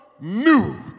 new